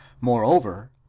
Moreover